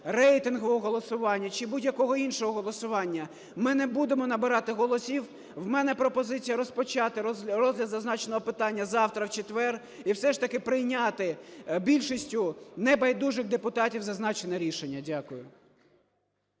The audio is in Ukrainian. рейтингового голосування чи будь-якого іншого голосування ми не будемо набирати голосів, у мене пропозиція розпочати розгляд зазначеного питання завтра, в четвер, і все ж таки прийняти більшістю небайдужих депутатів зазначене рішення. Дякую.